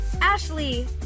Ashley